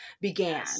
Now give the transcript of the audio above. began